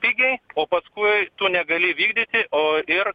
pigiai o paskui tu negali vykdyti o ir